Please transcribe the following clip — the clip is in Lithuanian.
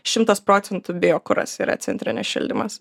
šimtas procentų biokuras yra centrinis šildymas